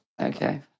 Okay